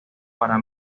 para